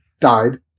died